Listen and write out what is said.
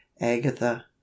agatha